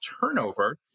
turnover